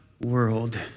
world